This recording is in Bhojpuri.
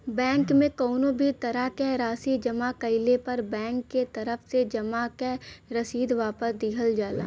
बैंक में कउनो भी तरह क राशि जमा कइले पर बैंक के तरफ से जमा क रसीद वापस दिहल जाला